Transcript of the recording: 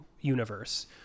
universe